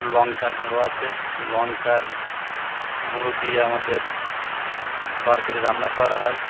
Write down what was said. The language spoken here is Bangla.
লঙ্কার গুঁড়ো আছে লঙ্কার গুঁড়ো দিয়ে আমাদের তরকারি রান্না করা হয়